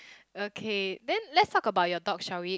okay then let's talk about your dog shall we